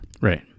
Right